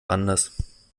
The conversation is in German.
anders